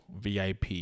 VIP